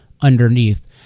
underneath